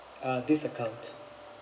uh this account